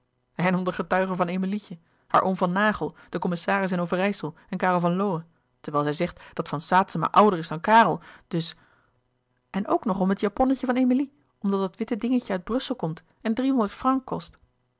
en om de getuigen van emilietje haar oom van naghel de commissaris in overijssel en karel van lowe terwijl zij zegt dat van saetzema ouder is dan karel dus en ook nog om het japonnetje van emilie omdat dat witte dingetje uit brussel komt en drie honderd francs kost